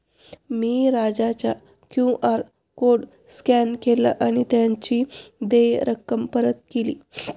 मी राजाचा QR code scan केला आणि त्याची देय रक्कम परत केली